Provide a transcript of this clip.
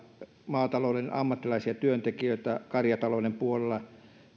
maatalouden ammattilaisia työntekijöitä karjatalouden puolella